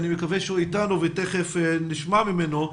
אני מקווה שהוא איתנו ותיכף נשמע ממנו,